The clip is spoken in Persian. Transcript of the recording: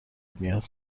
میاد